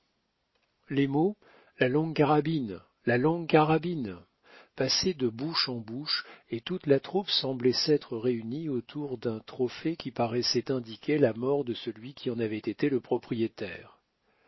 les mots la longue carabine la longue carabine passaient de bouche en bouche et toute la troupe semblait s'être réunie autour d'un trophée qui paraissait indiquer la mort de celui qui en avait été le propriétaire